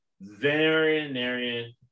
veterinarian